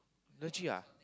legit ah